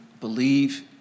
believe